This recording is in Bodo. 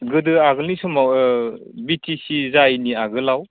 गोदो आगोलनि समाव ओ बिटिसि जायिनि आगोलाव